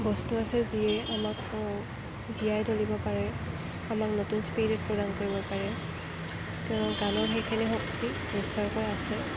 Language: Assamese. বস্তু আছে যিয়ে আমাক জীয়াই তুলিব পাৰে আমাক নতুন স্পিৰিট প্ৰদান কৰিব পাৰে কাৰণ গানৰ সেইখিনি শক্তি নিশ্চয়কৈ আছে